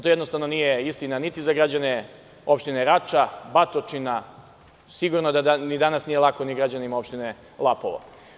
To jednostavno nije istina niti za građane opštine Rača, ni opštine Batočina, a sigurno da danas nije lako ni građanima opštine Lapovo.